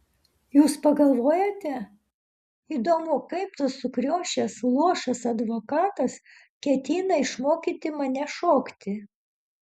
jūs pagalvojote įdomu kaip tas sukriošęs luošas advokatas ketina išmokyti mane šokti